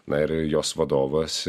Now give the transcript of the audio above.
na ir jos vadovas